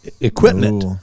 equipment